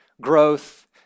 growth